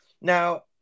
Now